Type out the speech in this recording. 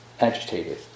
agitated